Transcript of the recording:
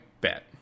bet